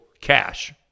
cash